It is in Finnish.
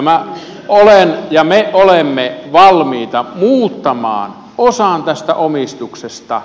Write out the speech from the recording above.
minä olen ja me olemme valmiita muuttamaan osan tästä omistuksesta